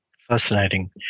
Fascinating